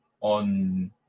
on